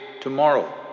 tomorrow